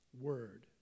word